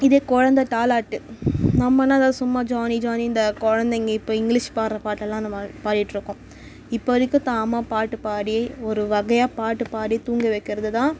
இதே குழந்த தாலாட்டு நம்மன்னா ஏதாவது சும்மா ஜானி ஜானி இந்த குழந்தைங்க இப்போ இங்கிலிஷ் பாடுற பாட்டெல்லாம் நம்ம பாடிட்டுருக்கோம் இப்போ வரைக்கும் தான் அம்மா பாட்டு பாடி ஒரு வகையாக பாட்டு பாடி தூங்க வைக்கறது தான்